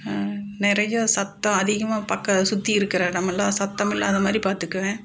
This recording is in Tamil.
நிறையா சத்தம் அதிகமாக பக்கம் சுற்றி இருக்கிற இடமெல்லாம் சத்தம் இல்லாத மாதிரி பார்த்துக்குவேன்